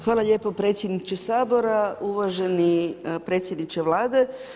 Hvala lijepo predsjedniče Sabora, uvaženi predsjedniče Vlade.